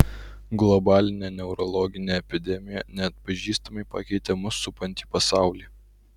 globalinė neurologinė epidemija neatpažįstamai pakeitė mus supantį pasaulį